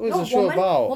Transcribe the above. what is the show about